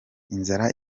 inzara